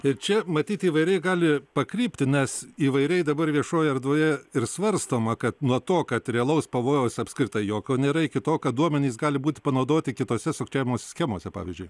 ir čia matyt įvairiai gali pakrypti nes įvairiai dabar viešoje erdvėje ir svarstoma kad nuo to kad realaus pavojaus apskritai jokio nėra iki to kad duomenys gali būti panaudoti kitose sukčiavimo schemose pavyzdžiui